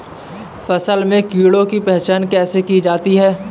फसल में कीड़ों की पहचान कैसे की जाती है?